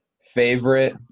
favorite